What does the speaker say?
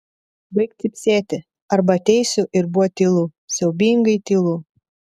baik cypsėti arba ateisiu ir buvo tylu siaubingai tylu